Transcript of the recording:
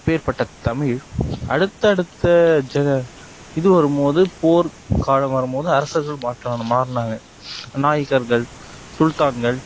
அப்பேர்ப்பட்ட தமிழ் அடுத்தடுத்த ஜ இது வரும்போது போர் காலம் வரும்போது அரசர்கள் மாற்றான மாறினாங்க நாயக்கர்கள் சுல்தான்கள்